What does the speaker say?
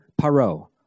paro